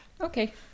Okay